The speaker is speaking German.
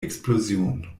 explosion